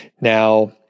Now